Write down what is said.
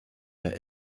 der